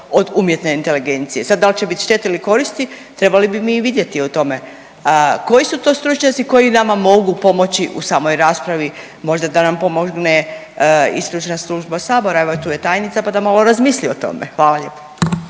od umjetne inteligencije. Sad da li će biti štete ili koristi trebali bi mi i vidjeti o tome koji su to stručnjaci koji nama mogu pomoći u samoj raspravi. Možda da nam pomogne i stručna služba sabora, evo i tu je tajnica pa malo razmisli o tome. Hvala lijepo.